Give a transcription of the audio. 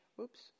Oops